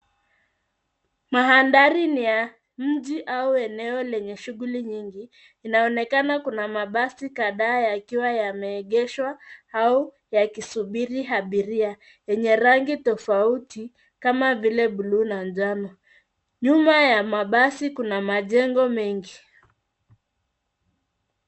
Mandhari ni ya mji au eneo lenye shughuli nyingi inaonekana kuna mabasi kadhaa yakiwa yameegeshwa au yakisubiri abiria yenye rangi tofauti kama vile bluu na njano. Nyuma ya mabasi kuna majengo mengi.